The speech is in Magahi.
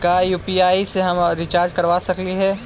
का यु.पी.आई से हम रिचार्ज करवा सकली हे?